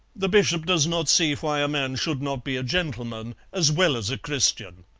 the bishop does not see why a man should not be a gentleman as well as a christian.